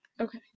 Okay